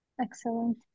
Excellent